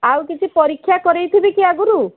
ଆଉ କିଛି ପରୀକ୍ଷା କରାଇଥିବି କି ଆଗରୁ